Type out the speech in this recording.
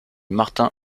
martin